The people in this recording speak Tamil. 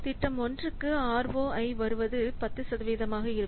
திட்டம் 1 க்கு ROI வருவது 10 சதவீதமாக இருக்கும்